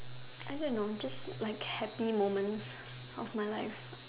I don't know just like happy moments of my life